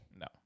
No